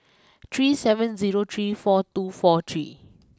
three seven zero three four two four three